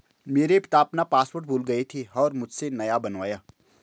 मेरे पिता अपना पासवर्ड भूल गए थे और मुझसे नया बनवाया